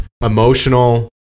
emotional